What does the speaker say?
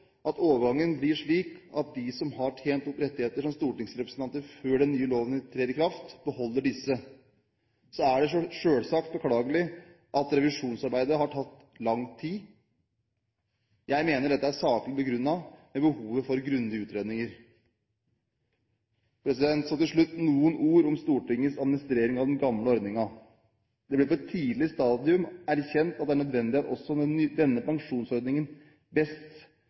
at overgangen blir slik at de som har tjent opp rettigheter som stortingsrepresentanter før den nye loven trer i kraft, beholder disse. Så er det selvsagt beklagelig at revisjonsarbeidet har tatt lang tid. Jeg mener dette er saklig begrunnet i behovet for grundige utredninger. Så til slutt noen ord om Stortingets administrering av den gamle ordningen. Det ble på et tidlig stadium erkjent at det er nødvendig at også denne pensjonsordningen best